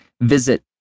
visit